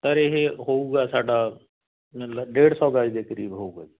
sir ਇਹ ਹੋਊਗਾ ਸਾਡਾ ਮੈਨੂੰ ਲ ਡੇਢ ਸੌ ਗਜ਼ ਦੇ ਕਰੀਬ ਹੋਊਗਾ